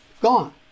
Gone